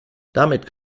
damit